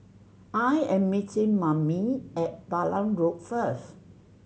I am meeting Mammie at Balam Road first